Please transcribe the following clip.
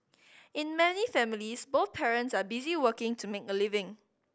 in many families both parents are busy working to make a living